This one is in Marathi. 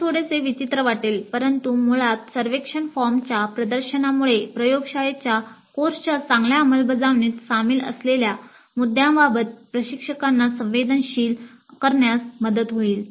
हे थोडेसे विचित्र वाटेल परंतु मुळात सर्वेक्षण फॉर्मच्या प्रदर्शनामुळे प्रयोगशाळेच्या कोर्सच्या चांगल्या अंमलबजावणीत सामील असलेल्या मुद्द्यांबाबत प्रशिक्षकांना संवेदनशील करण्यास मदत होईल